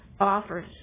offers